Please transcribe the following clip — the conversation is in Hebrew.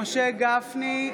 משה גפני,